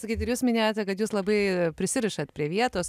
sakyt ir jūs minėjote kad jūs labai prisirišat prie vietos